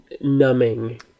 numbing